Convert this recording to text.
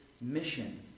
mission